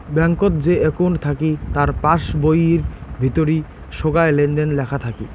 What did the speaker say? ব্যাঙ্কত যে একউন্ট থাকি তার পাস বইয়ির ভিতরি সোগায় লেনদেন লেখা থাকি